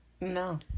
no